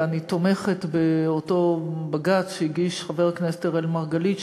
ואני תומכת באותו בג"ץ שהגיש חבר הכנסת אראל מרגלית,